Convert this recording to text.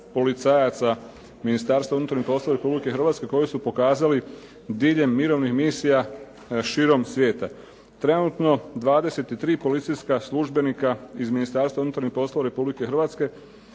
policajaca Ministarstva unutarnjih poslova Republike Hrvatske koji su pokazali diljem mirovnih misija širom svijeta. Trenutno 23 policijska službenika iz Ministarstva unutarnjih poslova Republike Hrvatske